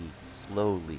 slowly